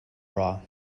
bra